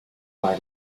buy